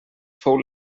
fou